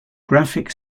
graphic